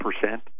percent